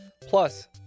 Plus